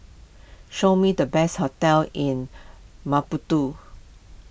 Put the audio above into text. show me the best hotels in Maputo